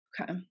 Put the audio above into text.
okay